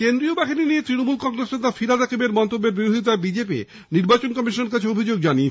কেন্দ্রীয় বাহিনী নিয়ে ত্রণমূল কংগ্রেস নেতা ফিরহাদ হাকিমের মন্তব্যের বিরোধিতায় বিজেপি নির্বাচন কমিশনে অভিযোগ জানিয়েছে